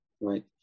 right